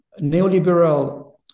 neoliberal